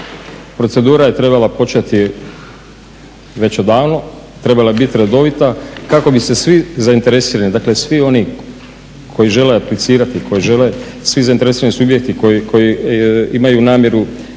procedura je trebala početi već odavno, trebala je biti redovita kako bi se svi zainteresirani, dakle svi oni koji žele aplicirati, koji žele, svi zainteresirani subjekti koji imaju namjeru